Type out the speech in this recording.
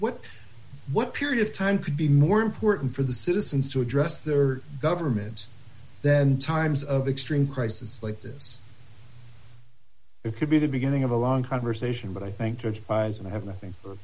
what what period of time could be more important for the citizens to address their government then times of extreme crisis like this it could be the beginning of a long conversation but i thanked her and i have nothing